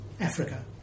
Africa